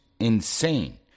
insane